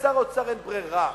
לשר האוצר אין ברירה,